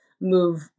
move